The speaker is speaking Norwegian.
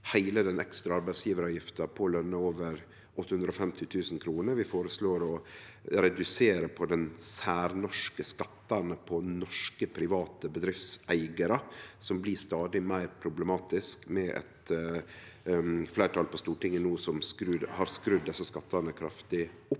heile den ekstra arbeidsgjevaravgifta på løn over 850 000 kr. Vi føreslår å redusere dei særnorske skattane for norske private bedriftseigarar, som blir stadig meir problematisk med eit fleirtal på Stortinget som no har skrudd desse skattane kraftig opp.